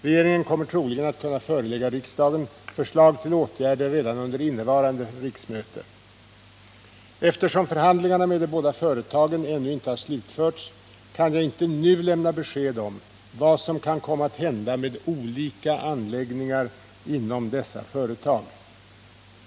Regeringen kommer troligen att kunna förelägga riksdagen förslag till åtgärder redan under innevarande riksmöte. Eftersom förhandlingarna med de båda företagen ännu inte har slutförts, kan jag inte nu lämna besked om vad som kan komma att hända med olika anläggningar inom dessa företag.